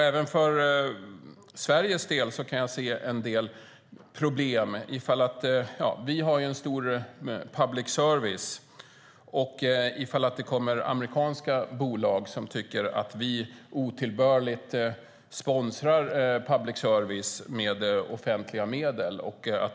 Även för Sveriges del kan jag se en del problem - vi har ju en stor public service - om det kommer amerikanska bolag som tycker att det blir otillbörlig konkurrens eftersom vi sponsrar public service med offentliga medel.